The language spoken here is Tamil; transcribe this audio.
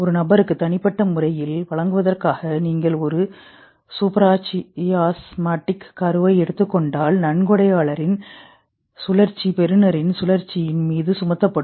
ஒரு நபருக்கு தனிப்பட்ட முறையில் வழங்குவதற்காக நீங்கள் ஒரு சூப்பராச்சியாஸ்மாடிக் கருவை எடுத்துக் கொண்டால் நன்கொடையாளரின் சுழற்சி பெறுநரின் சுழற்சியின் மீது சுமத்தப்படும்